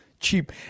cheap